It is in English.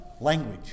language